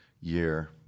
year